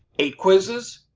eight quizzes.